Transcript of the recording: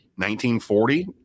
1940